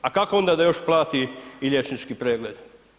A kako onda da još plati i liječnički pregled?